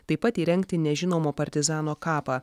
taip pat įrengti nežinomo partizano kapą